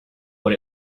what